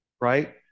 right